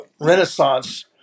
renaissance